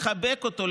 לחבק אותו,